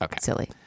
silly